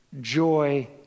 joy